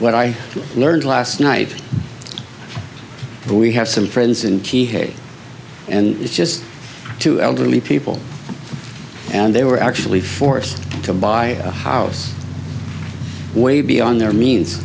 what i learned last night we have some friends in key hate and it's just two elderly people and they were actually forced to buy a house way beyond their means